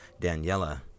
Daniela